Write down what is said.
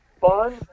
fun